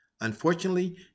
Unfortunately